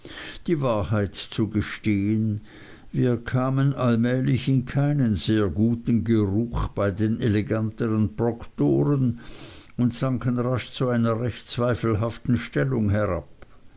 die wahrheit zu gestehen wir kamen allmählich in keinen sehr guten geruch bei den eleganteren proktoren und sanken rasch zu einer recht zweifelhaften stellung herab